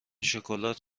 شکلات